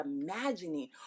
imagining